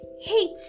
hate